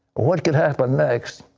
what could happen next?